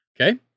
okay